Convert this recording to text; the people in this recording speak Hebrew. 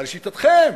אבל לשיטתכם,